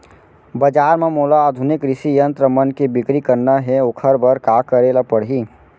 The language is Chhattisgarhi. बजार म मोला आधुनिक कृषि यंत्र मन के बिक्री करना हे ओखर बर का करे ल पड़ही?